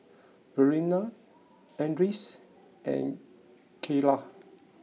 Verena Andres and Kaylah